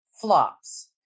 Flops